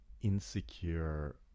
insecure